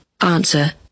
Answer